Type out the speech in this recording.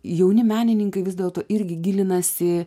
jauni menininkai vis dėlto irgi gilinasi